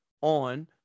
on